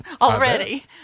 already